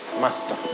master